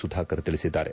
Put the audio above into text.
ಸುಧಾಕರ್ ತಿಳಿಸಿದ್ದಾರೆ